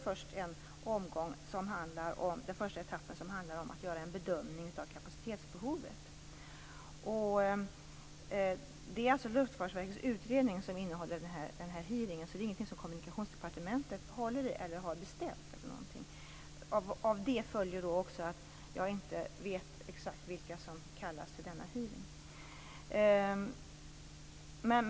Den första etappen handlar om att göra en bedömning av kapacitetsbehovet. Det är alltså Luftfartsverkets utredning som innehåller den här hearingen. Det är ingenting som Kommunikationsdepartementet håller i eller har beställt. Av det följer att jag inte vet exakt vilka som kallas till denna hearing.